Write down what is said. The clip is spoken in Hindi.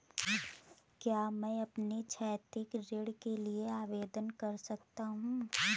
क्या मैं अपने शैक्षिक ऋण के लिए आवेदन कर सकता हूँ?